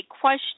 question